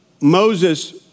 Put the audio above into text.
Moses